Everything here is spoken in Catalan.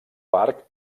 parc